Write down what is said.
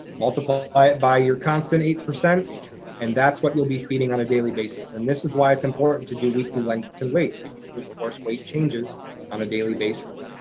multiply it by your constant eight, and that's what we'll be feeding on a daily basis. and this is why it's important to do weekly length to weight because, of course, weight changes on a daily basis.